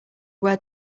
where